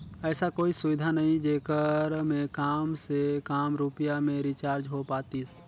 ऐसा कोई सुविधा नहीं जेकर मे काम से काम रुपिया मे रिचार्ज हो पातीस?